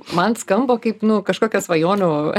man skamba kaip nu kažkokia svajonių